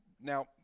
Now